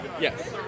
Yes